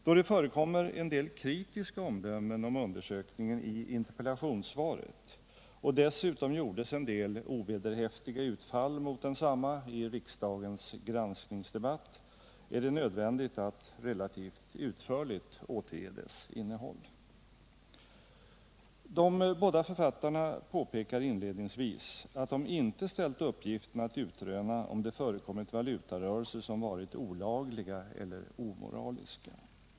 Då det förekommer en del kritiska omdömen om undersökningen i interpellationssvaret och dessutom gjordes en del ovederhäftiga utfall mot densamma i riksdagens granskningsdebatt, är det nödvändigt att relativt utförligt återge dess innehåll. De båda författarna påpekar inledningsvis att de inte åtagit sig uppgiften att utröna om det förekommit valutarörelser som varit olagliga eller omoraliska.